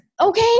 okay